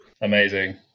Amazing